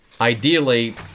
ideally